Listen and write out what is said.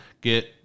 get